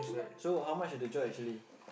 so how much is the job actually